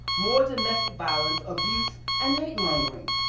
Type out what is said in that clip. more domestic violence, abuse and hate mongering?